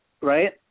right